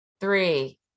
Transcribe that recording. Three